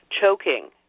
Choking